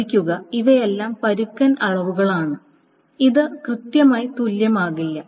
ശ്രദ്ധിക്കുക ഇവയെല്ലാം പരുക്കൻ അളവുകളാണ് ഇത് കൃത്യമായി തുല്യമാകില്ല